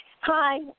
Hi